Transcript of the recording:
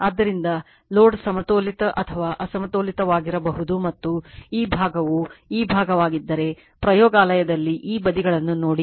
ಆದ್ದರಿಂದ ಲೋಡ್ ಸಮತೋಲಿತ ಅಥವಾ ಅಸಮತೋಲಿತವಾಗಿರಬಹುದು ಮತ್ತು ಈ ಭಾಗವು ಈ ಭಾಗವಾಗಿದ್ದರೆ ಪ್ರಯೋಗಾಲಯದಲ್ಲಿ ಈ ಬದಿಗಳನ್ನು ನೋಡಿ